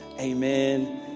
amen